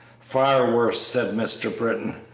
far worse, said mr. britton.